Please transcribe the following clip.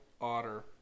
Otter